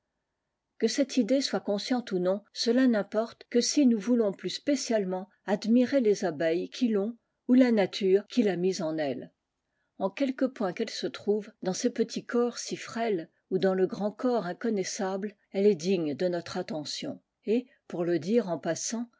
que cette idée soit consciente ou non cela n'importe que si nous voulons plus spécialement admirer les abeilles qui l'ont ou la nature i l'a mise en elles en quelque point qu'elle trouve dans ces petits corps si frêles ou lis le grand corps inconnaissable elle est digne de aotre attention et pour le dire en passant